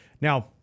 Now